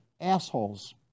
assholes